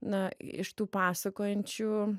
na iš tų pasakojančių